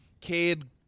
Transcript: Cade